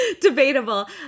Debatable